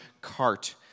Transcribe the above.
cart